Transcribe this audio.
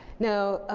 now,